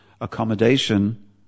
accommodation